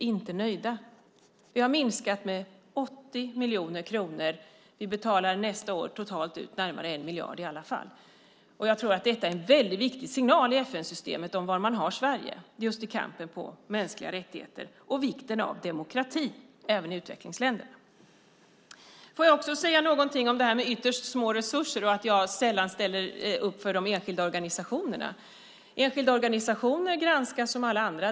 Vi har minskat betalningarna med 80 miljoner kronor. Vi betalar nästa år totalt ut närmare 1 miljard i alla fall. Jag tror att detta är en väldigt viktig signal i FN-systemet om var man har Sverige just i kampen för mänskliga rättigheter och när det gäller vikten av demokrati även i utvecklingsländerna. Får jag också säga någonting om de ytterst små resurserna och att jag sällan ställer upp för de enskilda organisationerna. Enskilda organisationer granskas som alla andra.